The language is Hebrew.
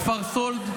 בכפר סאלד.